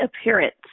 appearance